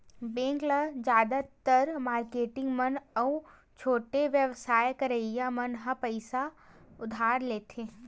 bank ले जादातर marketing मन अउ छोटे बेवसाय करइया मन ह पइसा उधार लेथे